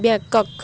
Bangkok